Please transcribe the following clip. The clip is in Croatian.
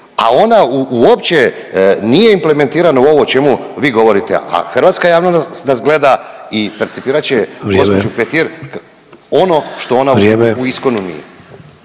a ona uopće nije implementirana u ovo o čemu vi govorite, a hrvatska javnost nas gleda i percipirat će gđu. Petir…/Upadica Sanader: